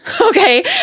Okay